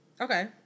Okay